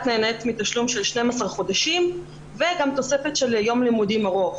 נהנית מתשלום של 12 חודשים וגם תוספת של יום לימודים ארוך.